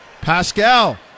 Pascal